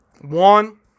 One